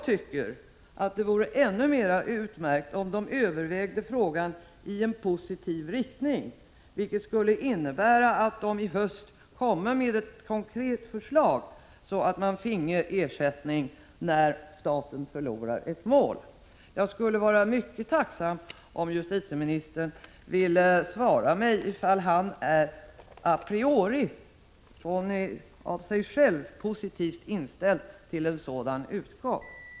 Enligt min mening vore det ännu mer utmärkt om kommittén övervägde frågan i en positiv riktning, vilket skulle innebära att den till hösten kom med ett konkret förslag om att enskilda skulle kunna få ersättning när staten förlorar ett mål. Jag skulle vara mycket tacksam om justitieministern ville redovisa ifall han a priori och för egen del är positivt inställd till en sådan utgång.